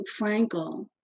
Frankel